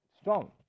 strong